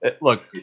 Look